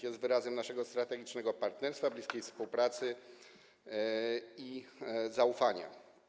Jest wyrazem naszego strategicznego partnerstwa, bliskiej współpracy i zaufania.